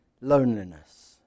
loneliness